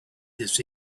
this